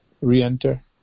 re-enter